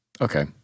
Okay